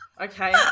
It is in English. okay